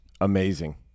Amazing